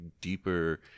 deeper